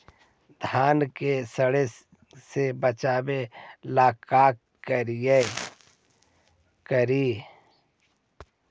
धान के सड़े से बचाबे ला का करि?